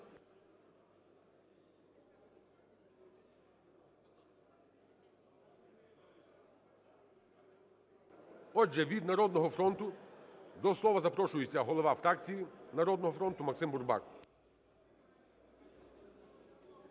Отже, від "Народного фронту" до слова запрошується голова фракції "Народного фронту" Максим Бурбак.